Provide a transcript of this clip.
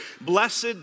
blessed